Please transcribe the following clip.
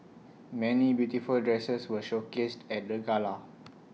many beautiful dresses were showcased at the gala